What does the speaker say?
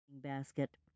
basket